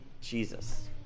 Jesus